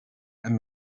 and